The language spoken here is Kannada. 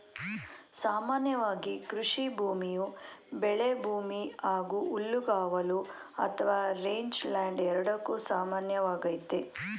ಸಾಮಾನ್ಯವಾಗಿ ಕೃಷಿಭೂಮಿಯು ಬೆಳೆಭೂಮಿ ಹಾಗೆ ಹುಲ್ಲುಗಾವಲು ಅಥವಾ ರೇಂಜ್ಲ್ಯಾಂಡ್ ಎರಡಕ್ಕೂ ಸಮಾನವಾಗೈತೆ